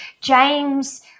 James